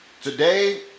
Today